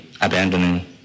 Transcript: abandoning